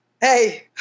hey